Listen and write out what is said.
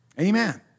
Amen